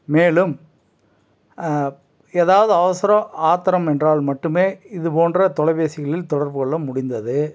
மேலும் எதாவது அவசரம் ஆத்திரம் என்றால் மட்டுமே இது போன்ற தொலைபேசிகளில் தொடர்பு கொள்ள முடிந்தது